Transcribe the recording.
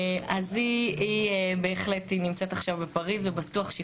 היא בהחלט נמצאת עכשיו בפריז ובטוח שהיא